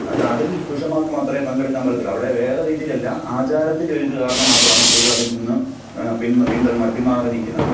അത് അതില് പുരുഷന്മാര്ക്ക് മാത്രമേ പങ്കെടുക്കാന് പറ്റത്തുളളൂ അവിടെ വേറെ രീതിയിലല്ല ആചാരത്തിന്റെ ഒരിത് കാരണം മാത്രമാണ് സ്ത്രീകളതില് നിന്ന് പിന്തളി പിന്മാറി നിൽക്കുന്നത്